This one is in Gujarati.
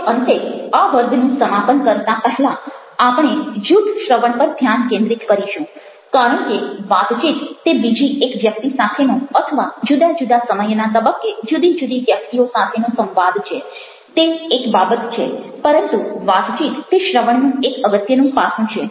હવે અંતેઆ વર્ગનું સમાપન કરતાં પહેલાં આપણે જૂથ શ્રવણ પર ધ્યાન કેન્દ્રિત કરીશું કારણ કે વાતચીત તે બીજી એક વ્યક્તિ સાથેનો અથવા જુદા જુદા સમયના તબક્કે જુદી જુદી વ્યક્તિઓ સાથેનો સંવાદ છે તે એક બાબત છે પરંતુ વાતચીત તે શ્રવણનું એક અગત્યનું પાસું છે